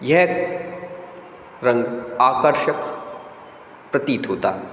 यह रंग आकर्षक प्रतीत होता है